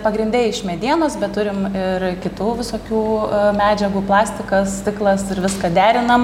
pagrinde iš medienos bet turim ir kitų visokių medžiagų plastikas stiklas ir viską derinam